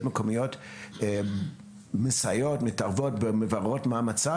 המקומיות מסייעות או מתערבות במצב?